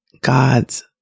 God's